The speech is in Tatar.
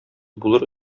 булыр